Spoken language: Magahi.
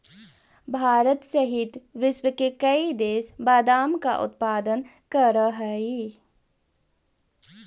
भारत सहित विश्व के कई देश बादाम का उत्पादन करअ हई